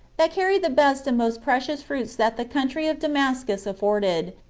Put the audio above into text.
that carried the best and most precious fruits that the country of damascus afforded,